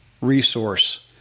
resource